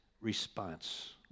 response